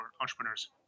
entrepreneurs